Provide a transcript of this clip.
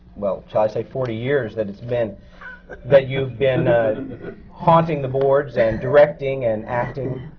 well, shall i say, forty years that it's been that you've been haunting the boards and directing and acting.